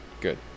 good